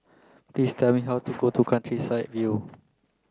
please tell me how to go to Countryside View